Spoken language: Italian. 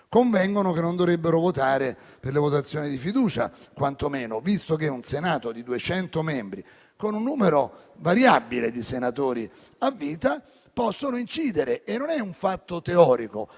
convengono che essi non dovrebbero votare per le votazioni di fiducia quantomeno, visto che in un Senato di 200 membri, con un numero variabile di senatori a vita, possono incidere. Non è un fatto teorico,